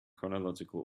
chronological